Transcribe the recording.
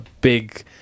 big